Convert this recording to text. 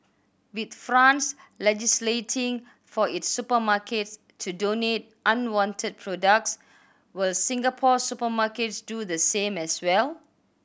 with France legislating for its supermarkets to donate unwanted products will Singapore's supermarkets do the same as well